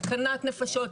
סכנת נפשות,